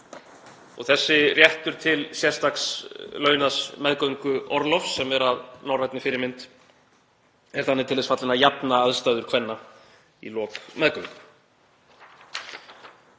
Þessi réttur til sérstaks launaðs meðgönguorlofs, sem er að norrænni fyrirmynd, er þannig til þess fallinn að jafna aðstæður kvenna í lok meðgöngu.